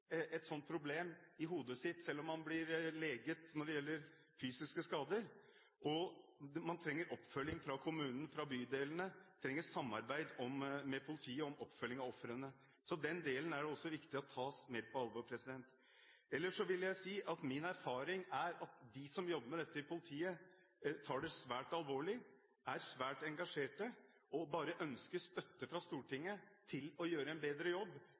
et sånt problem i hodet sitt, selv om man blir leget når det gjelder fysiske skader. Man trenger oppfølging fra kommunen, fra bydelene, og man trenger samarbeid med politiet om oppfølging av ofrene. Så den delen er det også viktig blir tatt mer på alvor. Ellers vil jeg si at min erfaring er at de som jobber med dette i politiet, tar det svært alvorlig, er svært engasjerte og bare ønsker støtte fra Stortinget til å gjøre en bedre jobb,